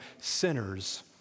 sinners